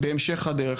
בהמשך הדרך.